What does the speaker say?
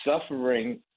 suffering